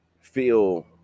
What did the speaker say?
feel